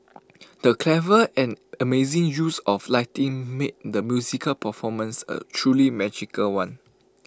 the clever and amazing use of lighting made the musical performance A truly magical one